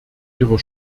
ihrer